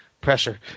Pressure